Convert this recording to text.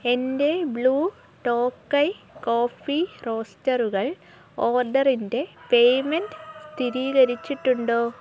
എന്റെ Blue Tokai coffee റോസ്റ്ററുകൾ ഓർഡറിന്റെ പേയ്മെൻറ് സ്ഥിരീകരിച്ചിട്ടുണ്ടോ